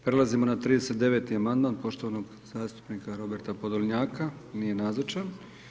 Prelazimo na 39. amandman poštovanog zastupnika Roberta Podolnjaka, nije nazočan.